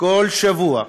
כל שבוע.